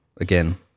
again